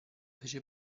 fece